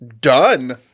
done